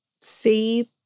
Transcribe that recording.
see